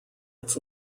its